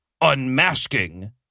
Unmasking